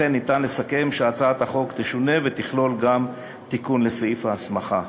לכן ניתן לסכם שהצעת החוק תשונה ותכלול גם תיקון לסעיף ההסכמה.